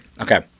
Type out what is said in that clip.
Okay